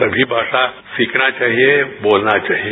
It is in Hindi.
सभी भाषा सीखना चाहिए बोलना चाहिए